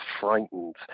frightened